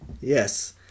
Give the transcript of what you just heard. Yes